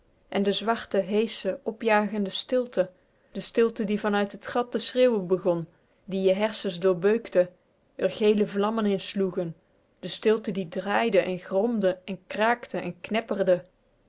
en de zwarte heesche opjagende stilte de stilte die van uit t gat te schreeuwen begon die je hersens doorbeukte r gele vlammen in sloeg de stilte die draaide en gromde en kraakte en